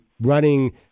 running